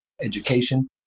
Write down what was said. education